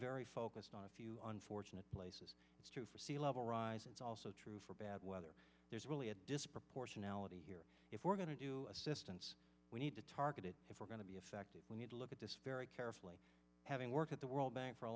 very focused on a few unfortunate places it's true for sea level rise it's also true for bad weather there's really a disproportionality here if we're going to do assistance we need to target it if we're going to be effective we need to look at this very carefully having worked at the world bank for a